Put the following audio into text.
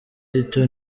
rito